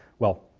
well,